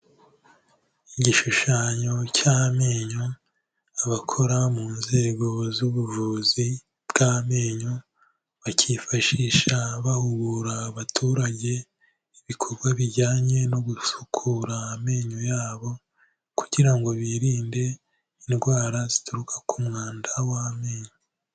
Igishushanyo cy'amenyo, abakora mu nzego z'ubuvuzi bw'amenyo bakifashisha bahugura abaturage, ibikorwa bijyanye no gusukura amenyo yabo kugira ngo birinde indwara zituruka ku mwanda w'amenyo.